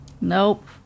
Nope